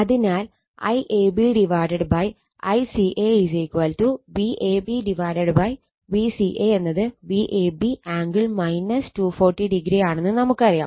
അതിനാൽ IAB ICA Vab Vca എന്നത് Vab angle 240o ആണെന്ന് നമുക്കറിയാം